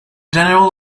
general